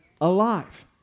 alive